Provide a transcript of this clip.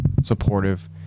supportive